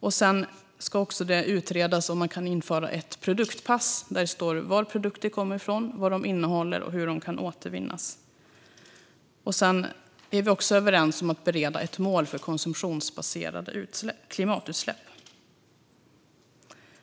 Det ska också utredas om man kan införa ett produktpass där det står varifrån produkter kommer, vad de innehåller och hur de kan återvinnas. Vi är även överens om att bereda ett mål för konsumtionsbaserade klimatutsläpp.